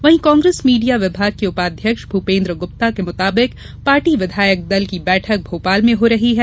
वहीं कांग्रेस मीडिया विभाग के उपाध्यक्ष भूपेन्द्र गुप्ता के मुताबिक पार्टी विधायक दल की बैठक भोपाल में हो रही है